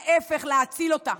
להפך: להציל אותה.